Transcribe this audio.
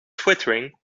twittering